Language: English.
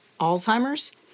Alzheimer's